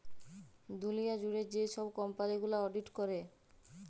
দুঁলিয়া জুইড়ে যে ছব কম্পালি গুলা অডিট ক্যরে